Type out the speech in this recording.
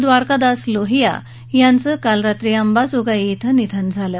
द्वारकादास लोहिया यांचं काल रात्री अंबाजोगाई क्रि निधन झालं